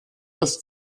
das